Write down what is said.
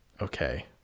okay